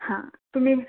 हं तुम्ही